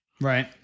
Right